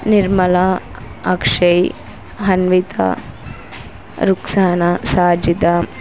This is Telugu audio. నిర్మల అక్షయ్ అన్విత రుక్సాన సాజిత